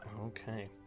okay